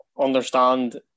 understand